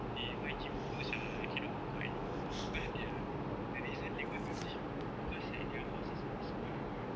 eh why gym close ah cannot work out anymore because their the reason they go to gym because their their house is very small